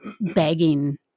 begging